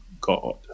God